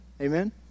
Amen